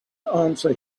answer